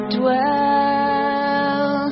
dwell